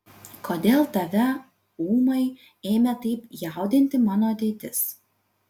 kodėl tave ūmai ėmė taip jaudinti mano ateitis